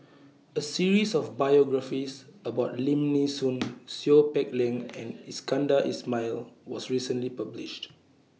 A series of biographies about Lim Nee Soon Seow Peck Leng and Iskandar Ismail was recently published